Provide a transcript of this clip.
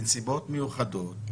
שבנסיבות מיוחדות,